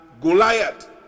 Goliath